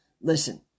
Listen